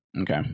okay